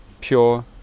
pure